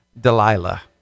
delilah